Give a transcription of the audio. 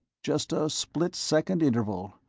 just a split-second interval.